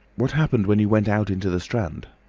what happened when you went out into the strand?